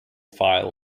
file